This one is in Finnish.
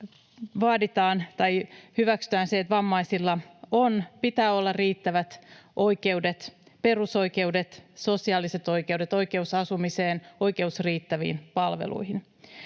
ja siinä hyväksytään se, että vammaisilla pitää olla riittävät oikeudet, perusoikeudet, sosiaaliset oikeudet, oikeus asumiseen, oikeus riittäviin palveluihin.